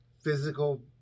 physical